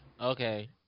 Okay